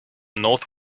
north